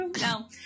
no